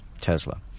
Tesla